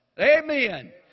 Amen